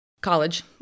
College